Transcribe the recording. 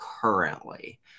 currently